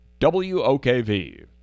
WOKV